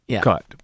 cut